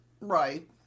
Right